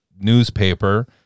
newspaper